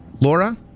Laura